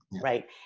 right